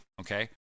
okay